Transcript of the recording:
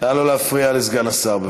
נא לא להפריע לסגן השר.